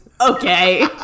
Okay